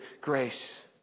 grace